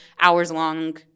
hours-long